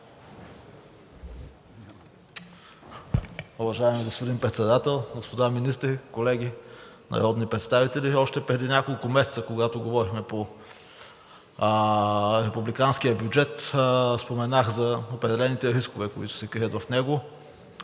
Уважаеми господин Председател, господа министри, колеги народни представители! Още преди няколко месеца, когато говорихме по републиканския бюджет, споменах за определените рискове, които се крият в него.